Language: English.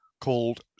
called